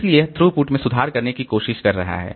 इसलिए यह थ्रूपुट में सुधार करने की कोशिश कर रहा है